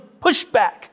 pushback